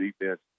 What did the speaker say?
defense